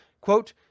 Quote